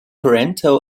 toronto